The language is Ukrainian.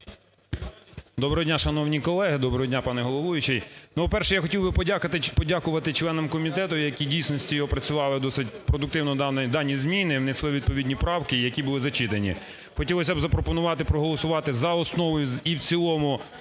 Доброго дня, шановні колеги, доброго дня, пане головуючий. По-перше, я хотів би подякувати членам комітету, які в дійсності опрацювали досить продуктивно дані зміни, внесли відповідні правки, які були зачитані. Хотілося б запропонувати проголосувати за основу і в цілому,